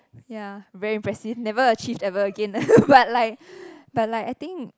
ya very impressive never achieve ever again but like but like I think